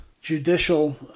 judicial